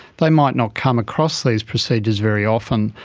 they might not come across these procedures very often,